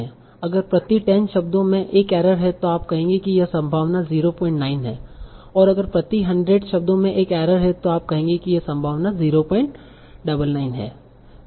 अगर प्रति 10 शब्दों में एक एरर है तो आप कहेंगे कि यह संभावना 09 है और अगर प्रति 100 शब्दों में एक एरर है तो आप कहेंगे कि यह संभावना 099 है